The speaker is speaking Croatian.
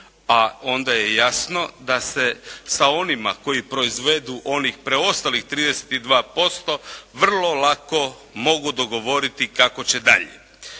A onda je jasno da se sa onima koji proizvedu onih preostalih 32% vrlo lako mogu dogovoriti kako će dalje.